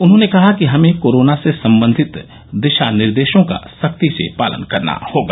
उन्होंने कहा कि हमें कोरोना से संबंधित दिशानिर्देशों का सख्ती से पालन करना होगा